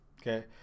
okay